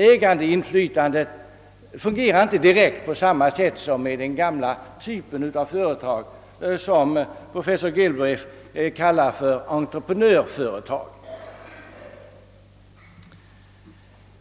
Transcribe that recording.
Ägandeinflytandet fungerar inte direkt på samma sätt som i den gamla typen av företag som professor Galbraith kallar för entreprenörföretag.